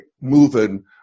moving